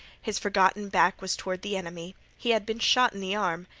his forgotten back was toward the enemy. he had been shot in the arm.